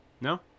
no